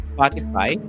Spotify